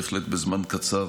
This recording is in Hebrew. בהחלט בזמן קצר,